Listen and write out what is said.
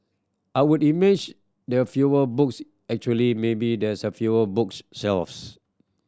I would imagine there fewer books actually maybe there's fewer books shelves